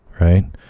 right